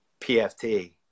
PFT